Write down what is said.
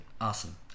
awesome